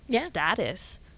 status